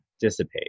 dissipate